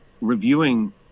reviewing